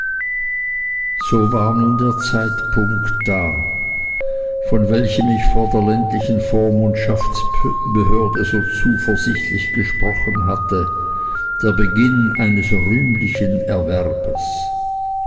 so war nun der zeitpunkt da von welchem ich vor der ländlichen vormundschaftsbehörde so zuversichtlich gesprochen hatte der beginn eines rühmlichen erwerbes